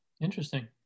Interesting